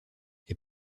est